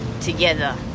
Together